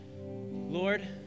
Lord